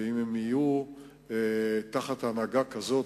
ואם הם יהיו תחת הנהגה כמו